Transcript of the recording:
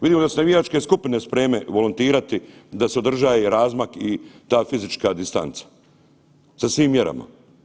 Vidjeli ste navijačke skupine su spremne volontirati da se održaje razmak i ta fizička distanca sa svim mjerama.